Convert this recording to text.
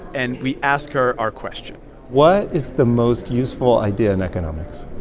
and we ask her our question what is the most useful idea in economics?